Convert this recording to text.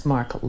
Mark